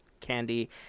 candy